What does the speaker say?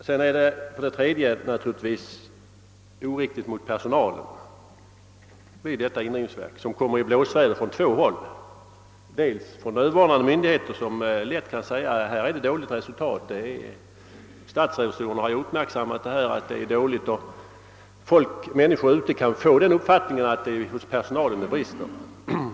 För det tredje innebär systemet en orättvisa mot personalen på indrivningsverket, som råkar i blåsväder från två håll, i första hand från överordnade myndigheter som lätt kan säga att resultatet av deras arbete är dåligt, det har statsrevisorerna fäst uppmärksamheten på. Allmänheten kan få den uppfattningen att det är hos personalen det brister.